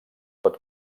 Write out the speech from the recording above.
pot